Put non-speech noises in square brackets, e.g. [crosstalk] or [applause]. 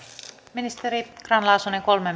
ministeri grahn laasonen kolme [unintelligible]